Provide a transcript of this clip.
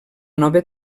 nova